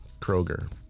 Kroger